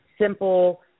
simple